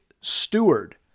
steward